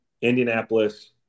Indianapolis